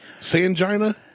Sangina